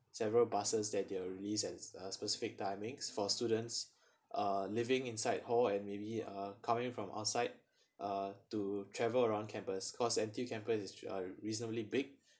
several buses that they were released at a specific timings for students uh living inside hall and maybe uh coming from outside uh to travel around campus cause N_T_U campus is uh reasonably big